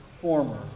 former